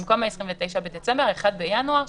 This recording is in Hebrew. במקום 29 בדצמבר 1 בינואר,